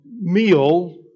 Meal